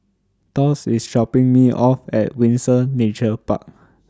Thos IS dropping Me off At Windsor Nature Park